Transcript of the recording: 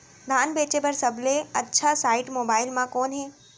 धान बेचे बर सबले अच्छा साइट मोबाइल म कोन हे?